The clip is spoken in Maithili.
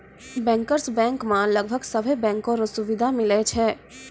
बैंकर्स बैंक मे लगभग सभे बैंको रो सुविधा मिलै छै